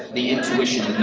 the intuition,